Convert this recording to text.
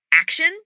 Action